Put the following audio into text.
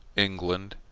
england.